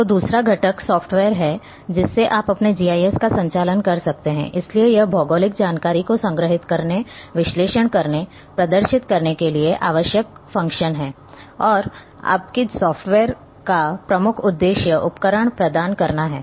तो दूसरा घटक सॉफ्टवेयर है जिससे आप अपने जीआईएस का संचालन कर सकते हैं इसलिए यह भौगोलिक जानकारी को संग्रहीत करने विश्लेषण करने प्रदर्शित करने के लिए आवश्यक फ़ंक्शन हैं और आपके सॉफ्टवेयर्स का मुख्य उद्देश्य उपकरण प्रदान करना है